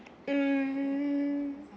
hmm